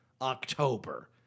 October